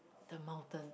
the mountain